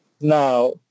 Now